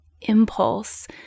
impulse